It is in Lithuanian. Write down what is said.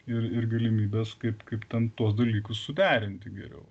ir ir galimybes kaip kaip ten tuos dalykus suderinti geriau